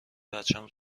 بچم